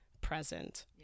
present